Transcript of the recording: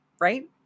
right